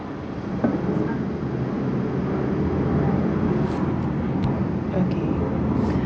okay